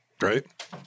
right